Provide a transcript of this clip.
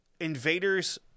invaders